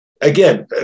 again